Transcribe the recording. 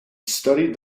studied